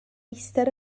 eistedd